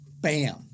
bam